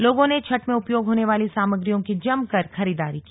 लोगों ने छठ में उपयोग होनी वाली सामग्रियों की जमकर खरीददारी की